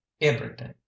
everything